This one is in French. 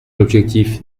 l’objectif